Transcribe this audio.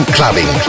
Clubbing